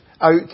out